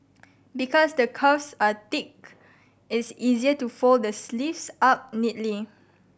because the cuffs are thick it's easier to fold the sleeves up neatly